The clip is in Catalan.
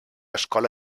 escola